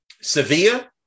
Sevilla